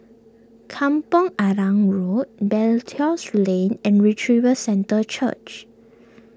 Kampong Arang Road Belilios Lane and Revival Centre Church